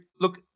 look